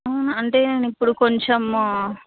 అంటే నేను ఇప్పుడు కొంచెం